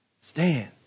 stand